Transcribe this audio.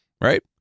Right